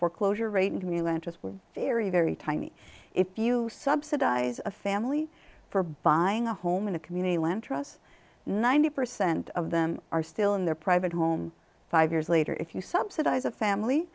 foreclosure rate in communities were very very tiny if you subsidize a family for buying a home in a community land trusts ninety percent of them are still in their private home five years later if you subsidize a family